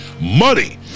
Money